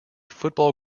football